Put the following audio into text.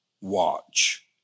watch